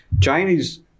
Chinese